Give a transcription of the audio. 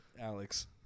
Alex